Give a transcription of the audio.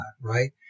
right